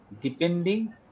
Depending